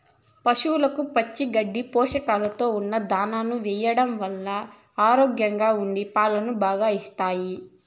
పసవులకు పచ్చి గడ్డిని, పోషకాలతో ఉన్న దానాను ఎయ్యడం వల్ల ఆరోగ్యంగా ఉండి పాలను బాగా అందిస్తాయి